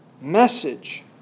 message